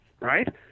right